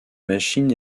machine